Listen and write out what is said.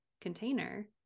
container